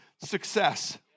success